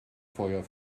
feuer